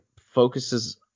focuses